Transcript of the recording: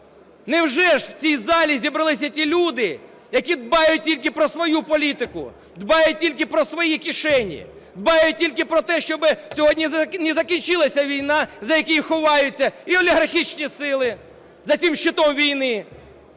Невже ж в цій залі зібралися ті люди, які дбають тільки про свою політику, дбають тільки про свої кишені, дбають тільки про те, щоб сьогодні не закінчилася війна, за якою ховаються і олігархічні сили, за цим щитом війни,